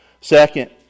Second